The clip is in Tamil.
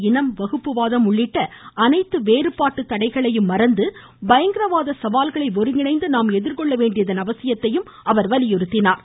இனம் வகுப்புவாதம் உள்ளிட்ட அனைத்து வேறுபாட்டு ஜாதி மத தடைகளையும் மறந்து பயங்கரவாத சவால்களை ஒருங்கிணைந்து நாம் எதிர்கொள்ள வேண்டியதன் அவசியத்தையும் வலியுறுத்தினார்